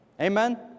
amen